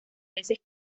veces